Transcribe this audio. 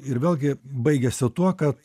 ir vėlgi baigiasi tuo kad